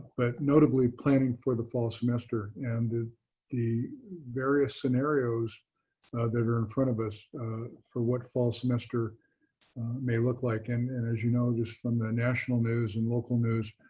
but notably, planning for the fall semester and the the various scenarios that are in front of us for what fall semester may look like. and and as you know just from the national news and local news,